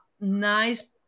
nice